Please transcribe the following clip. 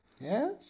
yes